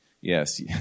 Yes